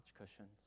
cushions